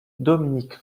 dominique